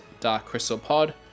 darkcrystalpod